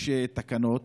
יש תקנות,